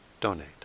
donate